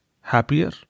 happier